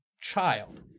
child